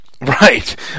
Right